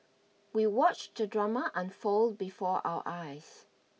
we watched the drama unfold before our eyes